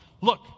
Look